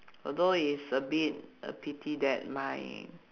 although it's a bit a pity that my